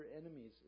enemies